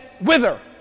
wither